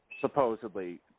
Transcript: supposedly